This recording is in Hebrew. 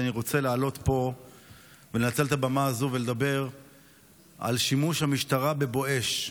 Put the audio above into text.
אני רוצה לעלות פה ולנצל את הבמה הזו ולדבר על שימוש המשטרה בבואש.